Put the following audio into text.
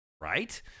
right